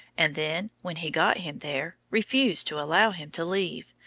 and then, when he got him there, refused to allow him to leave,